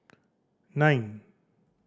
nine